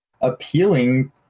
appealing